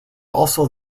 also